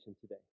today